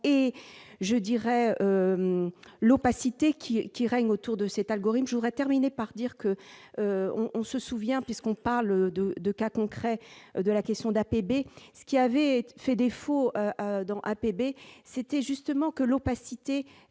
et je dirais l'opacité qui qui règne autour de cet algorithme jouera terminait par dire que on on se souvient, puisqu'on parle de 2 cas concrets de la question d'APB, ce qui avait fait défaut dans APB c'était justement que l'opacité,